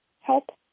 help